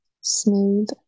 smooth